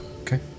Okay